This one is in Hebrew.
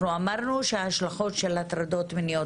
אנחנו אמרנו שההשלכות של הטרדות מיניות